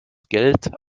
geld